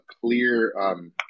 clear